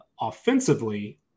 offensively